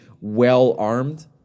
well-armed